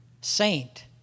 saint